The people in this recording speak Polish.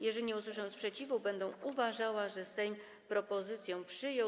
Jeżeli nie usłyszę sprzeciwu, będę uważała, że Sejm propozycję przyjął.